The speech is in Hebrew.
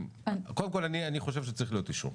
קודם כל אני חושב שצריך להיות אישור,